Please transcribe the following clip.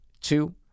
two